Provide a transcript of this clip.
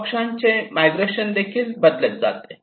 पक्षांचे मायग्रेशन देखील बदलत जाते